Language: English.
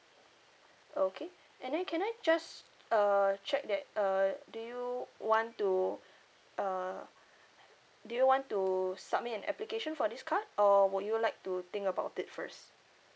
okay and then can I just uh check that uh do you want to uh do you want to submit an application for this card or would you like to think about it first